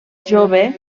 jove